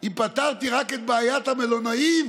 אם פתרתי רק את בעיית המלונאים